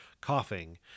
coughing